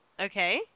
Okay